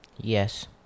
Yes